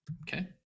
Okay